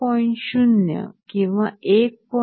0 किंवा 1